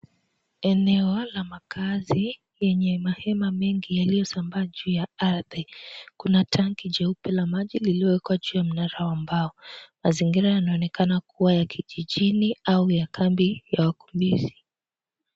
Eneo la makazi yenye mahema mengi yaliyosambaa juu ya ardhi . Kuna tangi jeupe la maji lililowekwa juu ya mnara wa mbao. Mazingira yanaonekana kuwa ya kijijini au ya kambi ya ukimbizi.